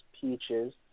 peaches